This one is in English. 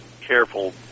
careful